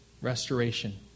restoration